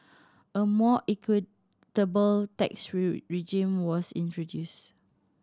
a more equitable tax regime was introduced